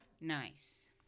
Nice